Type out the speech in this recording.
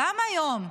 גם היום,